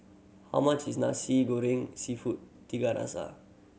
how much is Nasi Goreng Seafood Tiga Rasa